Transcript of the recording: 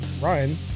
Ryan